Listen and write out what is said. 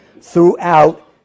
throughout